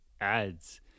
ads